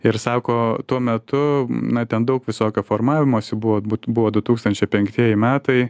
ir sako tuo metu na ten daug visokio formavimosi buvo būti buvo du tūkstančiai penktieji metai